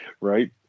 Right